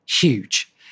huge